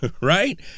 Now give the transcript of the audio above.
right